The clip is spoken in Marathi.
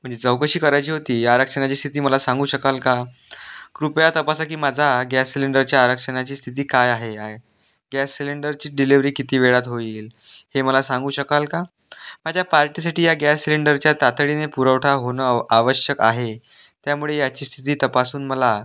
म्हणजे चौकशी करायची होती या आरक्षणाची स्थिती मला सांगू शकाल का कृपया तपासा की माझा गॅस सिलेंडरच्या आरक्षणाची स्थिती काय आहे आय गॅस सिलेंडरची डिलेवरी किती वेळात होईल हे मला सांगू शकाल का माझ्या पार्टीसाठी या गॅस सिलेंडरच्या तातडीने पुरवठा होणं अव आवश्यक आहे त्यामुळे याची स्थिती तपासून मला